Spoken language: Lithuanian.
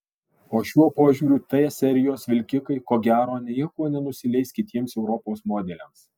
o šiuo požiūriu t serijos vilkikai ko gero niekuo nenusileis kitiems europos modeliams